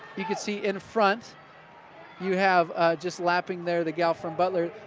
you can see in front you have just lapping there the gal from butler,